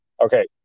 Okay